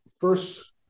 first